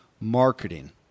marketing